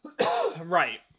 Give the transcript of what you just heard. Right